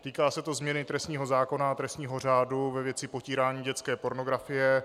Týká se to změny trestního zákona a trestního řádu ve věci potírání dětské pornografie.